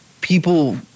people